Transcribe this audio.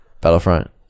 Battlefront